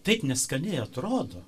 taip neskaniai atrodo